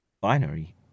binary